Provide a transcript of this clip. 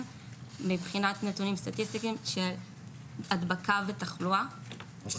מבחינת נתונים סטטיסטיים של הדבקה ותחלואה.